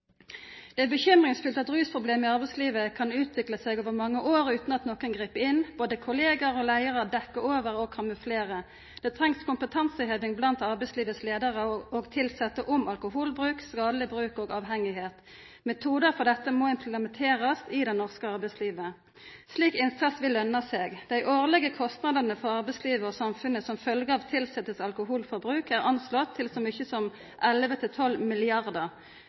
Det er bekymringsfullt at rusproblem i arbeidslivet kan utvikla seg over mange år utan at nokon grip inn. Både kollegaer og leiarar dekkjer over og kamuflerer. Det trengst kompetanseheving blant arbeidslivets leiarar og tilsette om alkoholbruk, skadeleg bruk og det å vera avhengig. Metodar for dette må implementerast i det norske arbeidslivet. Slik innsats vil lønna seg. Dei årlege kostnadene for arbeidslivet og samfunnet som følgje av tilsettes alkoholforbruk er anslått til så mykje som